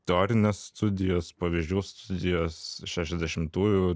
teorinės studijos pavyzdžių studijos šešiasdešimtųjų